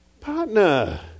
partner